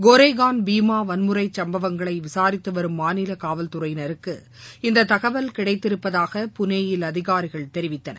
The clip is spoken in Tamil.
கோரேகான் பீமா வன்முறை சம்பவங்களை விசாரித்து வரும் மாநில காவல்துறையினருக்கு இந்த தகவல் கிடைத்திருப்பதாக புனேயில் அதிகாரிகள் தெரிவித்தனர்